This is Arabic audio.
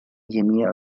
جميع